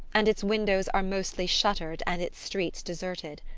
and its windows are mostly shuttered and its streets deserted.